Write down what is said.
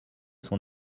son